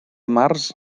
març